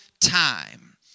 time